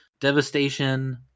Devastation